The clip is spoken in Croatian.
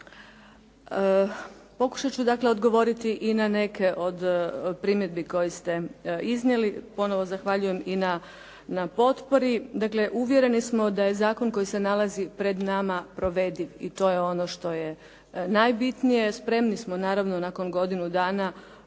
Pokušat ću dakle odgovoriti i na neke od primjedbi koje ste iznijeli. Ponovno zahvaljujem i na potpori, dakle uvjereni smo da je zakon koji se nalazi pred nama provediv i to je ono što je najbitnije. Spremni smo naravno nakon godinu dana